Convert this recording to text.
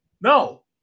No